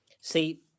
See